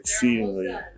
exceedingly